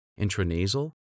intranasal